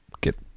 get